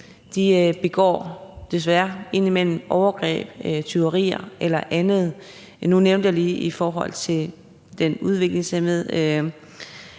samfund, desværre indimellem begår overgreb, tyveri eller andet. Nu nævnte jeg lige den udviklingshæmmede,